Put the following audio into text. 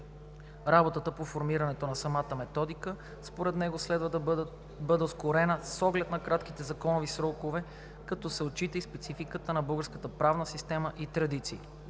Работата по формирането на самата методика според него следва да бъде ускорена с оглед на кратките законови срокове, като се отчита и спецификата на българската правна система и традиции.